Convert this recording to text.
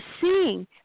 seeing